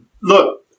Look